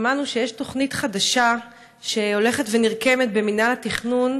עמותת אור ירוק עושה עבודה מצוינת בתחום הלחימה בתאונות דרכים,